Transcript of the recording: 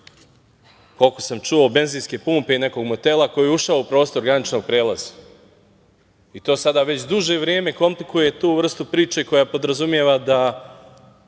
koliko sam čuo benzinske pumpe i nekog motela koje je ušao u prostor graničnog prelaza. I to sada već duže vreme komplikuje tu vrstu priče koja podrazumeva da